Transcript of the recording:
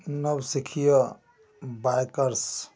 नवसिखिया bikers